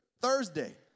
Thursday